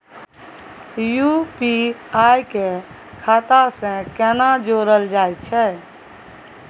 UPI के खाता सं केना जोरल जाए छै?